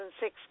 2006